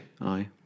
aye